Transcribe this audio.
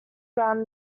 ground